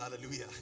Hallelujah